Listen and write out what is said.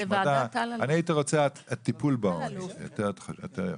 אני הייתי רוצה טיפול בעוני, יותר יפה.